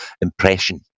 impression